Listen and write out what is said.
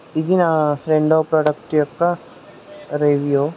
ఇది నా రెండో ప్రోడక్ట్ యొక్క రివ్యూ